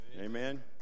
amen